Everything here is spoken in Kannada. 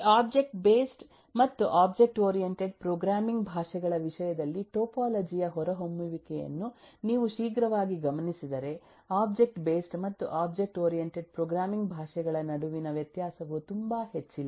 ಈ ಒಬ್ಜೆಕ್ಟ್ ಬೇಸ್ಡ್ ಮತ್ತು ಒಬ್ಜೆಕ್ಟ್ ಓರಿಯೆಂಟೆಡ್ ಪ್ರೋಗ್ರಾಮಿಂಗ್ ಭಾಷೆಗಳ ವಿಷಯದಲ್ಲಿ ಟೋಪೋಲಜಿ ಯ ಹೊರಹೊಮ್ಮುವಿಕೆಯನ್ನು ನೀವು ಶೀಘ್ರವಾಗಿ ಗಮನಿಸಿದರೆ ಒಬ್ಜೆಕ್ಟ್ ಬೇಸ್ಡ್ ಮತ್ತು ಒಬ್ಜೆಕ್ಟ್ ಓರಿಯೆಂಟೆಡ್ ಪ್ರೋಗ್ರಾಮಿಂಗ್ ಭಾಷೆಗಳ ನಡುವಿನ ವ್ಯತ್ಯಾಸವು ತುಂಬಾ ಹೆಚ್ಚಿಲ್ಲ